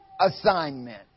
assignment